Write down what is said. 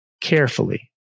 Carefully